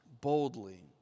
boldly